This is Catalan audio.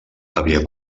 havia